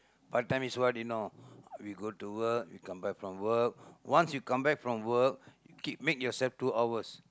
part-time is what you know we go to work we come back from work once you come back from work you keep make yourself two hours